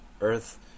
earth